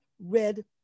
red